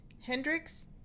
Hendrix